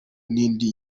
n’indi